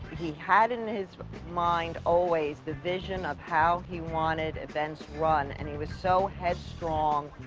he had in his mind always the vision of how he wanted events run, and he was so headstrong.